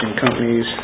companies